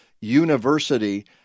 University